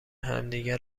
همدیگه